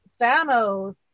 thanos